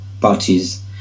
parties